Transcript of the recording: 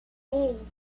hey